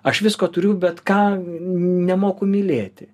aš visko turiu bet ką nemoku mylėti